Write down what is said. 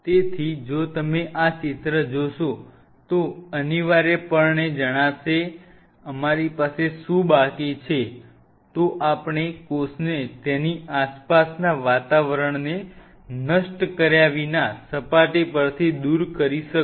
તેથી જો તમે આ ચિત્ર જોશો તો અનિવાર્યપણે જણાશે અમારી પાસે શું બાકી છે તો આપણે કોષને તેની આસપાસના વાતાવરણને નષ્ટ કર્યા વિના સપાટી પરથી દૂર કરી શકો